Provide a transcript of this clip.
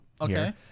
Okay